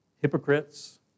Hypocrites